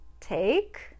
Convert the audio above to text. take